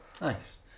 Nice